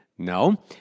No